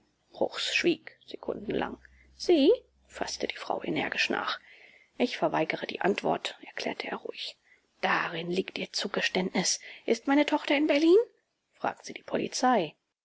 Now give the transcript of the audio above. bruchs schwieg sekundenlang sie faßte die frau energisch nach ich verweigere die antwort erklärte er ruhig darin liegt ihr zugeständnis ist meine tochter in berlin fragen sie die polizei